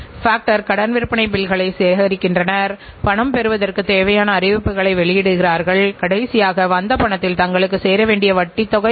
ஒரு பொருளுக்கான விலையை கண்டறிவது போல சேவைக்கான மதிப்பை கண்டறிவது எளிதான காரியம் அல்ல